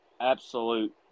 absolute